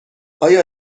آیا